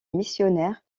missionnaire